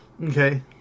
Okay